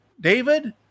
David